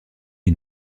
est